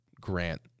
grant